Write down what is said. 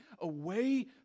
away